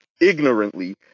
ignorantly